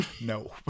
no